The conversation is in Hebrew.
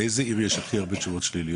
באיזה עיר יש הכי הרבה תשובות שליליות?